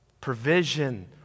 provision